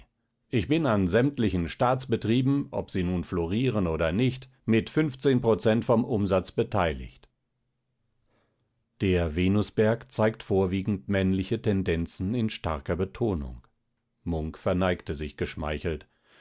ich bin an sämtlichen staatsbetrieben ob sie nun florieren oder nicht mit prozent vom umsatz beteiligt der venusberg zeigt vorwiegend männliche tendenzen in starker betonung munk verneigte sich geschmeichelt